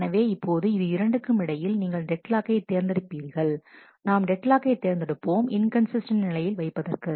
எனவே இப்போது இது இரண்டுக்கும் இடையில் நீங்கள் டெட் லாக்கை தேர்ந்தெடுப்பீர்கள் நாம் டெட் லாக்கை தேர்ந்தெடுப்போம் இன்கன்சிஸ்டன்ட் நிலையில் வைப்பதற்கு